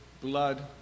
blood